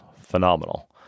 phenomenal